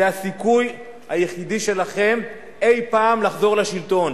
זה הסיכוי היחיד שלכם אי-פעם לחזור לשלטון.